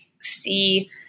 see